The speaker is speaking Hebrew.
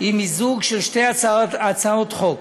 היא מיזוג של שתי הצעות חוק,